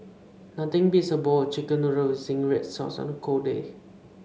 nothing beats a bowl of chicken noodles with zingy red sauce on a cold day